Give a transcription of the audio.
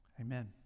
amen